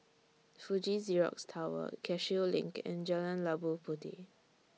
Fuji Xerox Tower Cashew LINK and Jalan Labu Puteh